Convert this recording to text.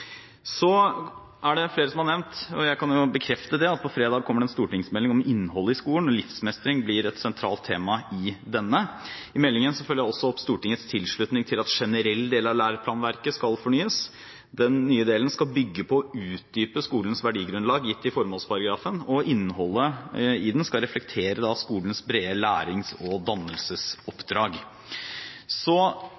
og livsmestring blir et sentralt tema i denne. I meldingen følger jeg også opp Stortingets tilslutning til at generell del av læreplanverket skal fornyes. Den nye delen skal bygge på og utdype skolens verdigrunnlag, gitt i formålsparagrafen, og innholdet i den skal reflektere skolens brede lærings- og